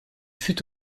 fut